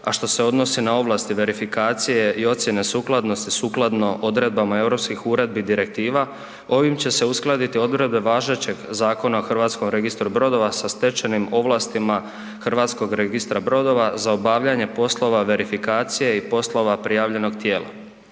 a što se odnosi na ovlasti verifikacije i ocijene sukladnosti sukladno odredbama Europskih uredbi i direktiva, ovim će se uskladiti odredbe važećeg Zakona o HRB-u sa stečenim ovlastima HRB-a za obavljanje poslova verifikacije i poslova prijavljenog tijela.